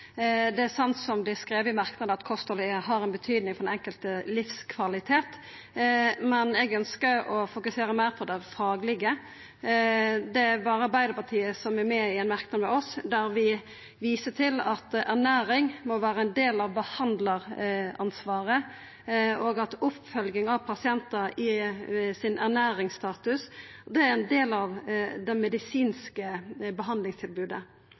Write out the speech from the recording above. Det er sant som dei har skrive i merknadene, at kosthaldet har betydning for den enkelte sin livskvalitet, men eg ønskjer å fokusera meir på det faglege. Det er berre Arbeidarpartiet som er med i ein merknad med oss der vi viser til at ernæring må vera ein del av behandlaransvaret, og at oppfølging av pasientane sin ernæringsstatus er ein del av det medisinske behandlingstilbodet.